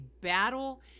battle